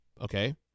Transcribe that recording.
okay